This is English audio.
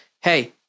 hey